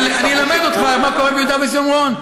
אבל אני אלמד אותך מה קורה ביהודה ושומרון,